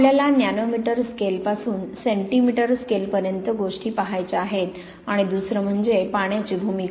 आपल्याला नॅनोमीटर स्केलपासून सेंटीमीटर स्केलपर्यंत गोष्टी पहायच्या आहेत आणि दुसरे म्हणजे पाण्याची भूमिका